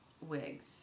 wigs